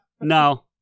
no